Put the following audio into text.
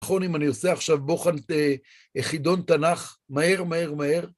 נכון אם אני עושה עכשיו בוחן... חידון תנ״ך, מהר מהר מהר.